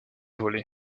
volé